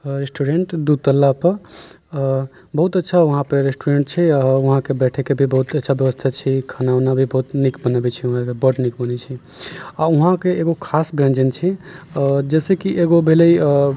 restaurant दू तल्ला पर बहुत अच्छा वहाँ पे रेस्टुरेन्ट छै वहाँके बैठैके भी बहुत अच्छा व्यवस्था छै खाना ओना भी बहुत नीक बनबैत छै बड नीक बनबैत छै आ वहाँके एगो खास व्यञ्जन छै जैसेकि एगो भेलै